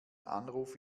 anruf